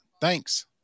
Thanks